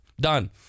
Done